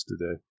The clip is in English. today